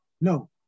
No